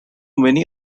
many